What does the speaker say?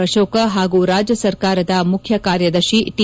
ಅಶೋಕ್ ಹಾಗೂ ರಾಜ್ಯ ಸರ್ಕಾರದ ಮುಖ್ಯ ಕಾರ್ಯದರ್ಶಿ ಟಿ